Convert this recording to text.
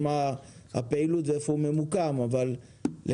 מה הפעילות ואיפה הוא ממוקם אבל לחלק